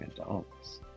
adults